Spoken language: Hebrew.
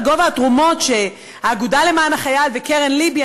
גובה התרומות שהאגודה למען החייל וקרן לב"י,